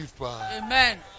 Amen